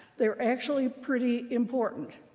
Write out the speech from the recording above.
they're actually pretty important.